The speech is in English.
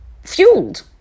Fueled